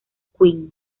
queen